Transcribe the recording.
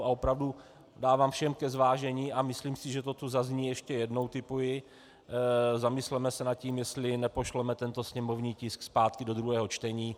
A opravdu dávám všem ke zvážení, a myslím, že to tu zazní ještě jednou, tipuji, zamysleme se nad tím, jestli nepošleme tento sněmovní tisk zpátky do druhého čtení.